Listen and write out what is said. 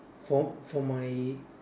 for for my